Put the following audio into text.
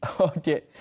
Okay